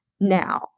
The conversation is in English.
now